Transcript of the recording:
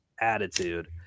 attitude